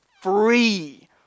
free